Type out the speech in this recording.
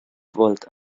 volt